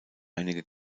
einige